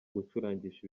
gucurangisha